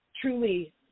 truly